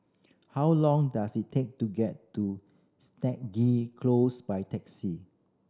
how long does it take to get to Stagee Close by taxi